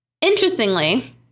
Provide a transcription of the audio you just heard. Interestingly